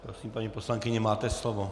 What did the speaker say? Prosím, paní poslankyně, máte slovo.